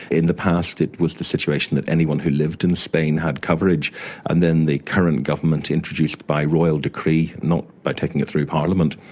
in the past it was the situation that anyone who lived in spain had coverage and then the current government introduced by royal decree, not by taking it through parliament,